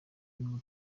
nyuma